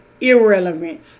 irrelevant